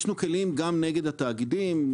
יש מקלים גם נגד התאגידים,